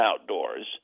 outdoors